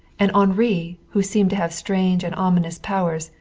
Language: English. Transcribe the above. and henri, who seemed to have strange and ominous powers,